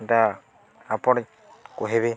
ଏଟା ଆପଣକୁ କହିବି